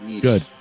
Good